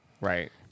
Right